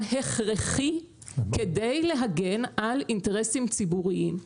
הכרחי כדי להגן על אינטרסים ציבוריים.